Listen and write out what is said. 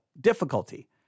difficulty